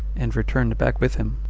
and returned back with him.